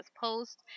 post